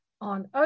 on